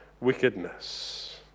wickedness